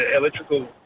electrical